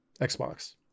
Xbox